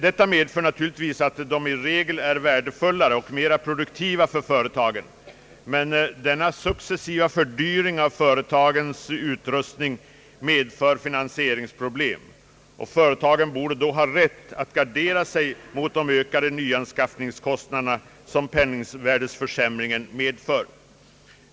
Detta medför naturligtvis att de nya maskinerna i regel är värdefullare och mera produktiva för företaget, men denna successiva fördyring av företagens utrustning medför ofta betydande finansieringsproblem och = företagen borde därför ha rätt att gardera sig mot de ökade nyanskaffningskostnader som penningvärdeförsämringen medför.